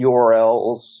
URLs